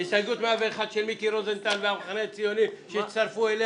אין הצעה לתיקון החקיקה (4) של קבוצת סיעת הרשימה המשותפת